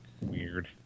weird